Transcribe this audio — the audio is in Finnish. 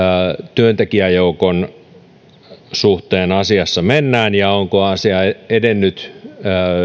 työntekijäjoukon suhteen asiassa mennään ja onko asia edennyt